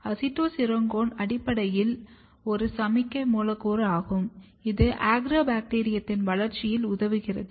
acetosyringone அடிப்படையில் ஒரு சமிக்ஞை மூலக்கூறு ஆகும் இது அக்ரோபாக்டீரியத்தின் வளர்ச்சியில் உதவுகிறது